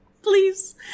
Please